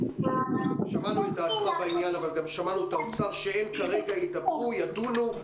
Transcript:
דעתך ושמענו את האוצר שהם ידונו,